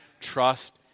trust